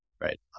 right